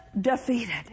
defeated